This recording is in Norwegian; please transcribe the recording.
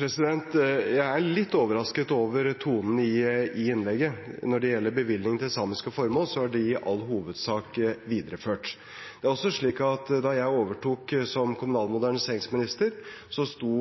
Jeg er litt overrasket over tonen i innlegget. Når det gjelder bevilgningene til samiske formål, er de i all hovedsak videreført. Det er også slik at da jeg overtok som kommunal- og moderniseringsminister, sto